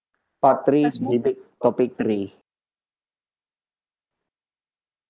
part three debate topic three